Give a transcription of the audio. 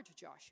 Joshua